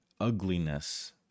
ugliness